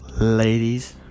ladies